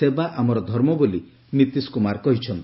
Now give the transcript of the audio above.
ସେବା ଆମର ଧର୍ମ ବୋଲି ନୀତିଶ କୁମାର କହିଛନ୍ତି